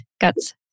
guts